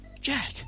Jack